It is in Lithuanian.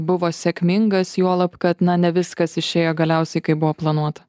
buvo sėkmingas juolab kad na ne viskas išėjo galiausiai kaip buvo planuota